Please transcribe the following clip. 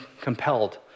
compelled